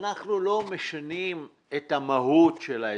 אנחנו לא משנים את המהות של ההסכם.